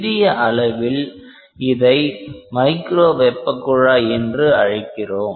சிறிய அளவில் இதை மைக்ரோ வெப்ப குழாய் என்று அழைக்கிறோம்